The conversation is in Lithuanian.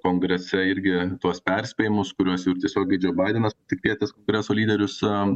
kongrese irgi tuos perspėjimus kuriuos jau tiesiogiai džou baidenas tipėtis preso lyderius am